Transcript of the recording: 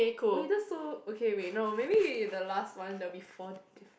oh wait that's so okay wait no maybe the last one there'll be four di~ different